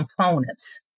components